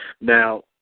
Now